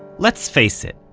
let's face it,